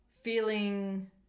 feeling